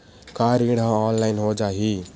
का ऋण ह ऑनलाइन हो जाही?